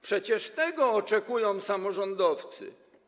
Przecież tego oczekują samorządowcy.